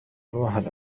الواحد